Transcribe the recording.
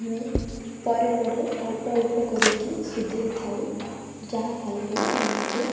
ଆମେ ପରେ ପରେ ଅଳ୍ପ ଅଳ୍ପ କରିକି ସୁଧେଇଥାଉ ଯାହାଫଲରେ କି ଆମକୁ